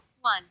one